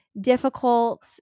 difficult